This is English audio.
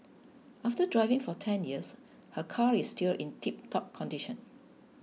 after driving for ten years her car is still in tiptop condition